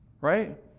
Right